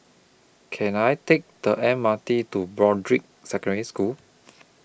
Can I Take The M R T to Broadrick Secondary School